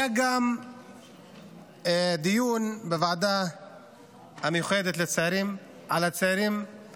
היה גם דיון בוועדה המיוחדת לצעירים על הצעירים